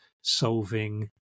solving